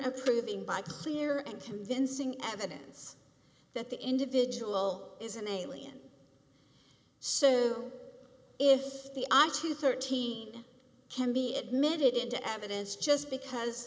of proving by clear and convincing evidence that the individual is an alien so if the i to thirteen can be admitted into evidence just because